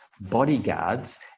bodyguards